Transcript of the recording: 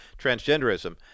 transgenderism